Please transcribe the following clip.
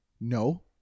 no